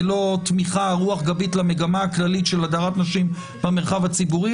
ולא תמיכה ורוח גבית למגמה הכללית של הדרת נשים במרחב הציבורי.